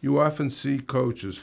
you often see coaches